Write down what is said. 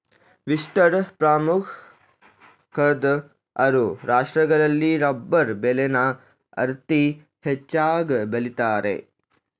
ವಿಶ್ವದ ಪ್ರಮುಖ್ವಾಧ್ ಆರು ರಾಷ್ಟ್ರಗಳಲ್ಲಿ ರಬ್ಬರ್ ಬೆಳೆನ ಅತೀ ಹೆಚ್ಚಾಗ್ ಬೆಳಿತಾರೆ